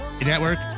network